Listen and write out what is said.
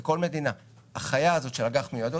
בכל מדינה החיה הזאת של אג"ח מיועדות